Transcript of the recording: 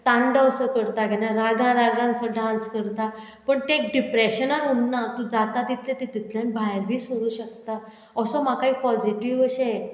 तांडव सो करता केन्ना रागार रागारसो डांस करता पूण तें डिप्रेशनान उरना तूं जाता तितलें तितूंतल्यान भायर बी सोरूं शकता असो म्हाका एक पॉजिटीव अशें